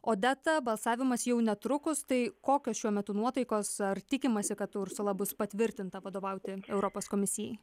odeta balsavimas jau netrukus tai kokios šiuo metu nuotaikos ar tikimasi kad ursula bus patvirtinta vadovauti europos komisijai